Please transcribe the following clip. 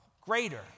Greater